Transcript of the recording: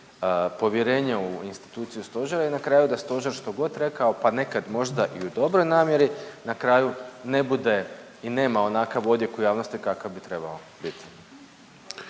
povjerenje u instituciju Stožera i na kraju da stožer što god rekao pa nekad možda i u dobroj namjeri na kraju ne bude i nema onakav odjek u javnosti kakav bi trebao bit.